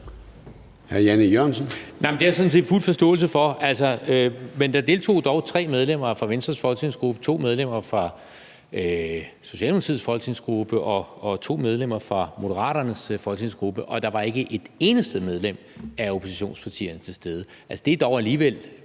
set fuld forståelse for. Men der deltog dog tre medlemmer fra Venstres folketingsgruppe, to medlemmer fra Socialdemokratiets folketingsgruppe og to medlemmer fra Moderaternes folketingsgruppe, og der var ikke et eneste medlem af oppositionspartierne til stede. Altså, det er dog alligevel